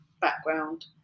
background